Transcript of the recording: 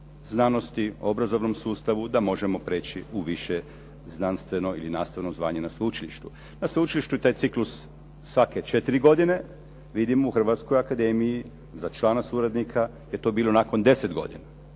znanosti, obrazovnom sustavu da možemo preći u više znanstveno ili nastavno zvanje na sveučilištu. Na sveučilištu je taj ciklus svake 4 godine, vidimo u Hrvatskoj akademiji za člana suradnika je to bilo nakon 10 godina.